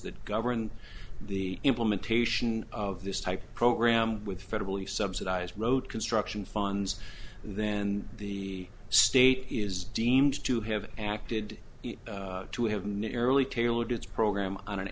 that govern the implementation of this type program with federally subsidized road construction funds then the state is deemed to have acted to have narrowly tailored its program on an